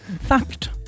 Fact